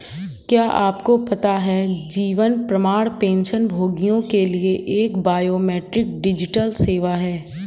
क्या आपको पता है जीवन प्रमाण पेंशनभोगियों के लिए एक बायोमेट्रिक डिजिटल सेवा है?